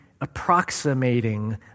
approximating